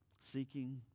Seeking